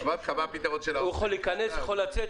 הוא יכול להיכנס, הוא יכול לצאת.